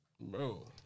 Bro